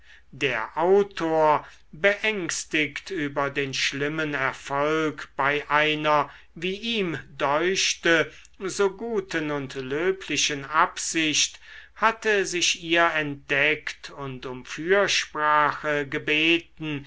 der autor beängstigt über den schlimmen erfolg bei einer wie ihm deuchte so guten und löblichen absicht hatte sich ihr entdeckt und um fürsprache gebeten